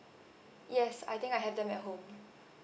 yes I think I have them at home